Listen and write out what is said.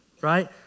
right